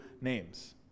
names